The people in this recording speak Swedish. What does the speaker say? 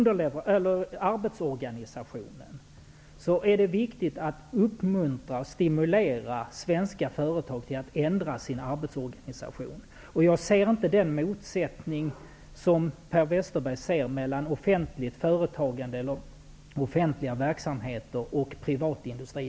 Det är viktigt att uppmuntra och stimulera svenska företag att ändra sin arbetsorganisation. Jag ser inte den motsättning som Per Westerberg ser mellan offentliga verksamheter och privatindustri.